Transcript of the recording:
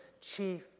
chief